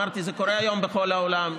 אמרתי שזה קורה היום בכל העולם.